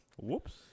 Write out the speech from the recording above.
Whoops